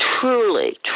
truly